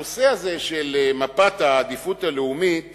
נושא מפת אזורי העדיפות הלאומית